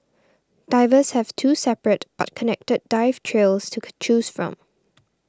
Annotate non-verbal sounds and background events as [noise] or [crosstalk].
divers have two separate but connected dive trails to [unintelligible] choose from